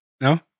No